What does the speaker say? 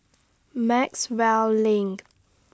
Maxwell LINK